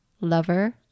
lover